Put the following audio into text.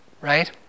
right